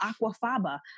aquafaba